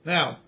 Now